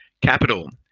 capital.